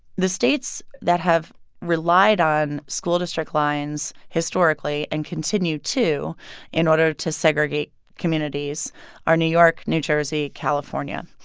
the states that have relied on school district lines historically and continue to in order to segregate communities are new york, new jersey, california.